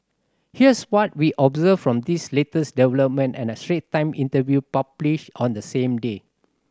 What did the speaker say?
here's what we observed from this latest development and a Straits Times interview published on the same day